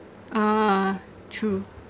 ah true